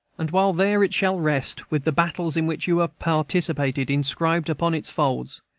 and while there it shall rest, with the battles in which you have participated inscribed upon its folds,